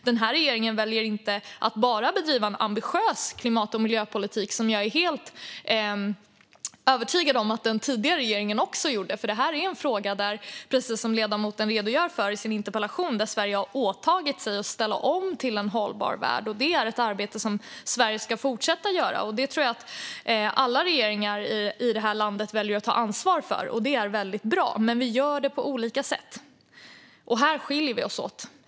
Den här regeringen väljer inte bara att bedriva en ambitiös klimat och miljöpolitik, vilket jag är helt övertygad om att också den tidigare regeringen gjorde. Precis som ledamoten redogör för i sin interpellation är det här är en fråga där Sverige har åtagit sig att ställa om till en hållbar värld. Det är ett arbete som Sverige ska fortsätta att göra, och det tror jag att alla regeringar i det här landet väljer att ta ansvar för. Det är väldigt bra. Men vi gör det på olika sätt. Här skiljer vi oss åt.